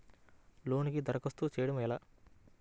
లోనుకి దరఖాస్తు చేయడము ఎలా?